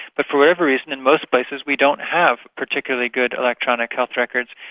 but for whatever reason in most places we don't have particularly good electronic health records,